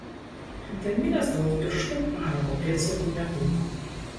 ant emilės gold pirštų parako pėdsakų nebuvo